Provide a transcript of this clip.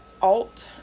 Alt